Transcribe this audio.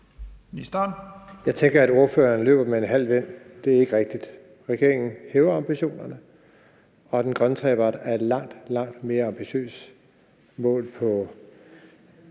Jeg tænker, at spørgeren løber med en halv vind. For det er ikke rigtigt. Regeringen hæver ambitionerne, og den grønne trepart er et langt, langt mere ambitiøst mål for